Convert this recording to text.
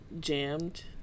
jammed